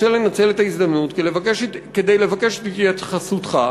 רוצה לנצל את ההזדמנות כדי לבקש את התייחסותך